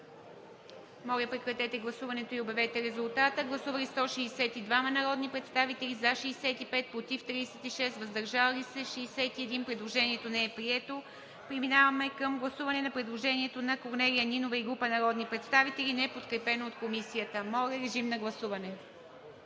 Прегласуване е процедурата. Гласували 162 народни представители: за 65, против 36, въздържали се 61. Предложението не е прието. Преминаваме към гласуване на предложението на Корнелия Нинова и група народни представители, неподкрепено от Комисията. Гласували